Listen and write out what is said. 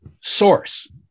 source